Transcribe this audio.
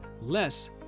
less